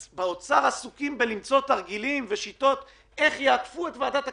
אבל באוצר עסוקים בלמצוא תרגילים ושיטות איך לעקוף את ועדת הכספים,